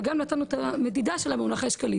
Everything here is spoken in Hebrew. וגם נתנו את המדידה של מונחי השקלים.